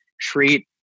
Treat